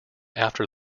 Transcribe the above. after